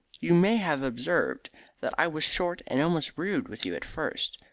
you may have observed that i was short and almost rude with you at first.